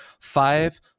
five